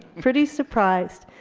pretty surprised.